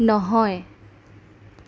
নহয়